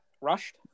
rushed